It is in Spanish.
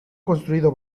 construido